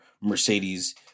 Mercedes